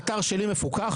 האתר שלי מפוקח,